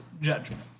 judgment